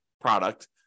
product